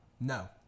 No